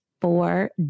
four